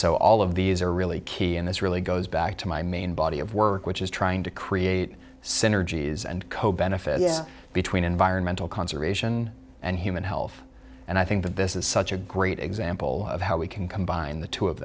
so all of these are really key and this really goes back to my main body of work which is trying to create synergies and co benefits between environmental conservation and human health and i think that this is such a great example of how we can combine the two of